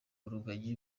rugagi